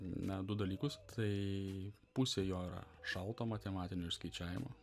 na du dalykus tai pusė jo yra šalto matematinio išskaičiavimo